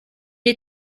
est